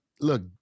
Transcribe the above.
Look